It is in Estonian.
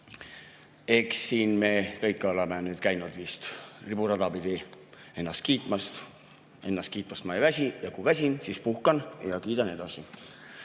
Eks me kõik vist oleme nüüd käinud riburada pidi ennast kiitmas. Ennast kiitmast ma ei väsi ja kui väsin, siis puhkan ja kiidan edasi.